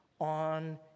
on